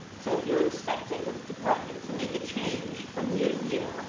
so if you're expecting that department to make a change from year to year.